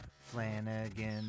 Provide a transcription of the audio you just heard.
Flanagan